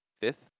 fifth